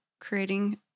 creating